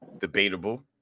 debatable